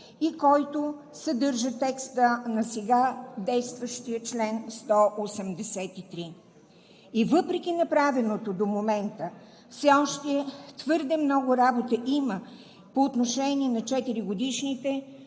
и който съдържа текста на сега действащия чл. 183. И въпреки направеното до момента все още има твърде много работа по отношение на 4-годишните